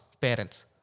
parents